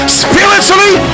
spiritually